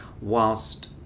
whilst